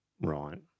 Right